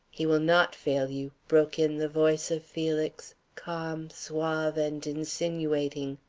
he will not fail you, broke in the voice of felix, calm, suave, and insinuating.